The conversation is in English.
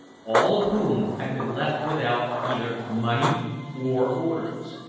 all of whom had been left without either money or orders.